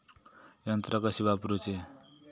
यंत्रा कशी वापरूची?